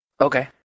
Okay